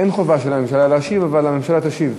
אין חובה של הממשלה להשיב, אבל הממשלה תשיב.